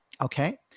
Okay